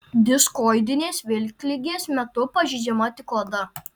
diskoidinės vilkligės metu pažeidžiama tik oda